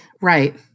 Right